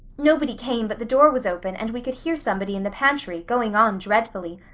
nobody came but the door was open and we could hear somebody in the pantry, going on dreadfully.